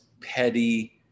petty